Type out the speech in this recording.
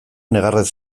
negarrez